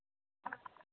ಹಾಂ ನಮಸ್ತೆ